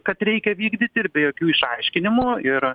kad reikia vykdyti ir be jokių išaiškinimų ir